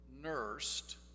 nursed